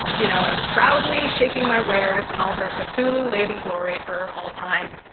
you know ah proudly shaking my wares in all her cthulhu-laden glory for all time.